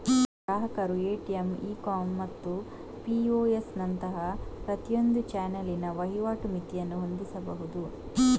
ಗ್ರಾಹಕರು ATM, e com ಮತ್ತು POS ನಂತಹ ಪ್ರತಿಯೊಂದು ಚಾನಲಿಗೆ ವಹಿವಾಟು ಮಿತಿಯನ್ನು ಹೊಂದಿಸಬಹುದು